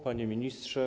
Panie Ministrze!